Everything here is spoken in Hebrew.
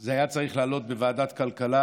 זה היה צריך לעלות בוועדת כלכלה,